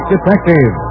detective